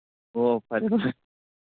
ꯑꯣ ꯐꯔꯦ ꯐꯔꯦ